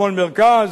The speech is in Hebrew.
שמאל-מרכז,